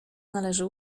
należy